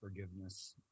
forgiveness